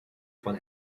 von